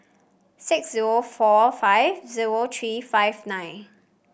six zero four five zero three five nine